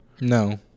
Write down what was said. no